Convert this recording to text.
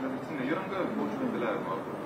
medicinine įranga plaučių ventiliavimą